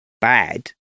bad